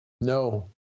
No